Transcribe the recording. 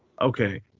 Okay